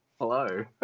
Hello